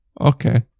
okay